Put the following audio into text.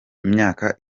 imyaka